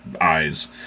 eyes